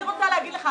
אני רוצה להגיד לך,